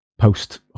post